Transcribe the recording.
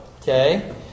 Okay